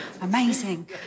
amazing